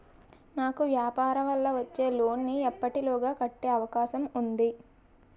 నాకు వ్యాపార వల్ల వచ్చిన లోన్ నీ ఎప్పటిలోగా కట్టే అవకాశం ఉంది?